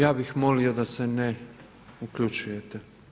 Ja bih molio da se ne uključujete.